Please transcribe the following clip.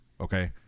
Okay